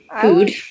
Food